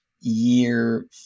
year